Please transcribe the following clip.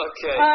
Okay